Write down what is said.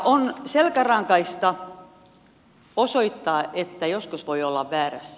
on selkärankaista osoittaa että joskus voi olla väärässä